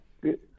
Good